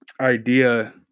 idea